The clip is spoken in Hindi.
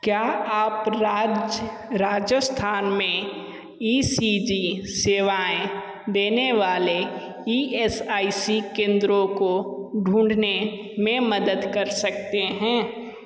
क्या आप राज्य राजस्थान में ई सी जी सेवाएँ देने वाले ई एस आई सी केंद्रों को ढूँढने में मदद कर सकते हैं